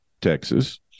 Texas